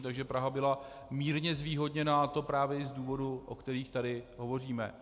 Takže Praha byla mírně zvýhodněna, a to právě i z důvodů, o kterých tady hovoříme.